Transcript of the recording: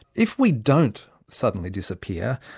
if we don't suddenly disappear,